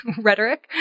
rhetoric